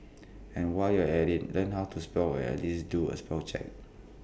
and while you're at IT learn how to spell or at least do A spell check